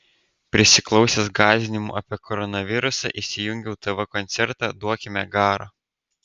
prisiklausęs gąsdinimų apie koronavirusą įsijungiau tv koncertą duokime garo